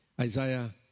Isaiah